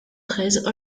treize